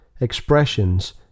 Expressions